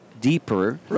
deeper